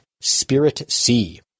SPIRIT-C